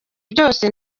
byose